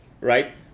right